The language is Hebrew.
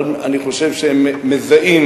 אבל אני חושב שהם מזהים